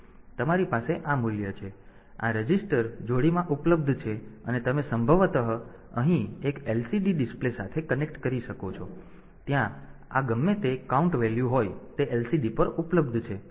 તેથી તમારી પાસે આ મૂલ્ય છે અને આ આ રજિસ્ટર જોડીમાં ઉપલબ્ધ છે અને તમે સંભવતઃ અહીં એક LCD ડિસ્પ્લે સાથે કનેક્ટ કરી શકો છો તેથી ત્યાં આ ગમે તે કાઉન્ટ વેલ્યુ હોય તે LCD પર ઉપલબ્ધ છે